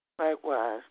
Likewise